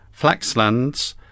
Flaxlands